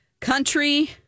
country